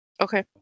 Okay